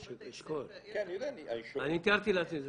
אני תיארתי לעצמי.